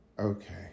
Okay